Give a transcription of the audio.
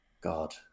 God